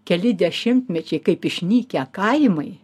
keli dešimtmečiai kaip išnykę kaimai